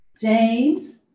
James